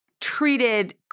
treated